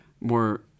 more